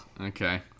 Okay